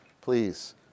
please